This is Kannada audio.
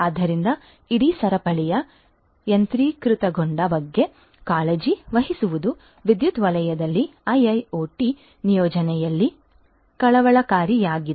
ಆದ್ದರಿಂದ ಇಡೀ ಸರಪಳಿಯ ಯಾಂತ್ರೀಕೃತಗೊಂಡ ಬಗ್ಗೆ ಕಾಳಜಿ ವಹಿಸುವುದು ವಿದ್ಯುತ್ ವಲಯದಲ್ಲಿ ಐಐಒಟಿ ನಿಯೋಜನೆಯಲ್ಲಿ ಕಳವಳಕಾರಿಯಾಗಿದೆ